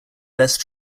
best